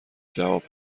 جواب